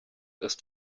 ist